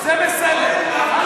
זה בסדר.